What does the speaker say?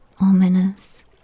ominous